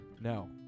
No